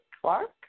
Clark